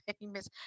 famous